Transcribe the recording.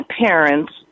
parents